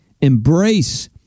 Embrace